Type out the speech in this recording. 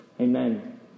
Amen